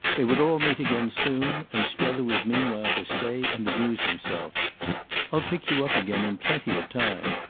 they would all meet again soon, and strether was meanwhile to stay and amuse himself i'll pick you up again in plenty of time.